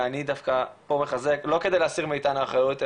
ואני דווקא פה מחזק לא כדי להסיר מאתנו אחריות,